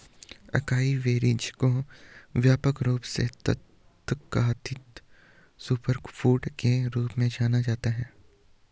acai berries को व्यापक रूप से तथाकथित सुपरफूड के रूप में जाना जाता है